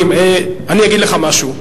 אני אגיד לך משהו.